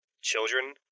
children